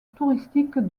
touristique